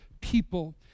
people